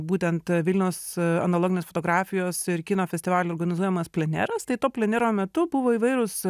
būtent vilniaus analoginės fotografijos ir kino festivalio organizuojamas pleneras tai to plenero metu buvo įvairūs